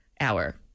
hour